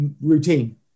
routine